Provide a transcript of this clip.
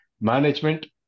management